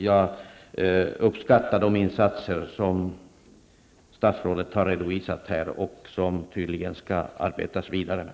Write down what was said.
Jag uppskattar de insatser som statsrådet har redovisat här, som det tydligen skall arbetas vidare med.